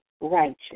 righteous